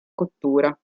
cottura